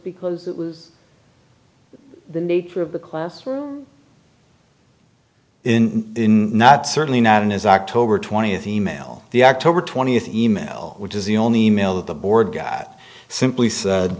because it was the nature of the classroom in not certainly not in his october twentieth e mail the october twentieth e mail which is the only email that the board guy simply said